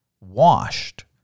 Washed